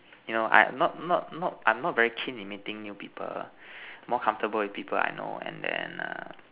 you know I not not not I'm not very keen in meeting new people more comfortable with people I know and then err